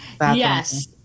yes